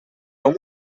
com